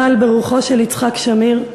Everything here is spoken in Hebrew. אבל ברוחו של יצחק שמיר.